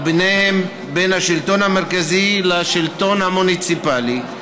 ובניהם בין השלטון המרכזי לשלטון המוניציפלי,